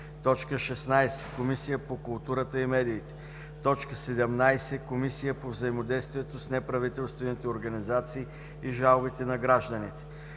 16. Комисия по културата и медиите; 17. Комисия по взаимодействието с неправителствените организации и жалбите на гражданите;